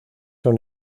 son